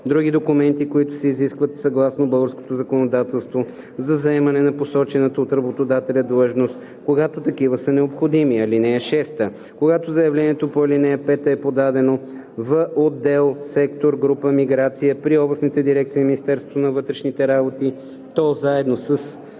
други документи, които се изискват съгласно българското законодателство за заемане на посочената от работодателя длъжност, когато такива са необходими. (6) Когато заявлението по ал. 5 е подадено в отдел/сектор/група „Миграция“ при областните дирекции на Министерството на вътрешните работи, то, заедно с